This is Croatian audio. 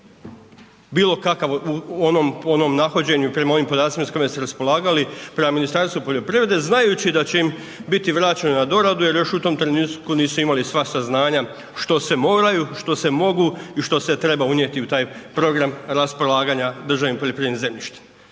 bilokakav u onom nahođenju prema onim podacima s kojima su raspolagali, prema Ministarstvu poljoprivrede, znajući da će im biti vraćeno na doradu jer još u tom trenutku nisu imali sva saznanja što sve moraju, što sve mogu i što se treba unijeti u taj program raspolaganja državnim poljoprivrednim zemljištem.